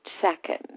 second